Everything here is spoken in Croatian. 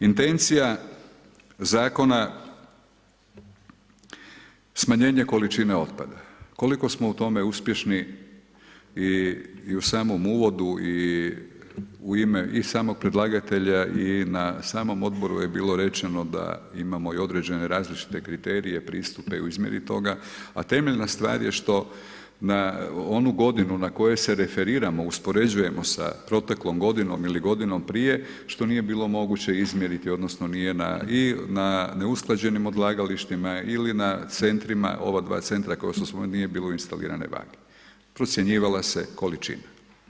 Intencija zakona, smanjenje količine otpada, koliko smo u tome uspješni i u samom uvodu i u ime i samog predlagatelja i na samom odboru je bilo rečeno da imamo određene različite kriterije pristupa u izmjeri toga, a temeljna stvar je što onu godinu na kojoj se referiramo uspoređujemo sa proteklom godinom ili godinom prije što nije bilo moguće izmjeriti odnosno nije na i na neusklađenim odlagalištima ili na centrima ova dva centra koja su spominjana nije bilo instalirane vage, procjenjivala se količina.